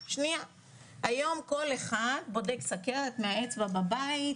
היום כל אחד בודק סכרת מהאצבע בבית.